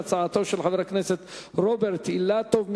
הצעתו של חבר הכנסת רוברט אילטוב.